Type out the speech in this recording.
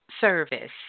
service